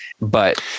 but-